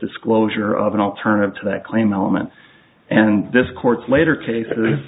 disclosure of an alternative to that claim element and this court's later cases